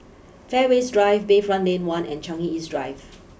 Fairways Drive Bayfront Lane one and Changi East Drive